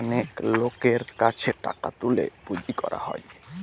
অনেক লোকের কাছে টাকা তুলে পুঁজি করা হয়